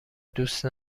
دوست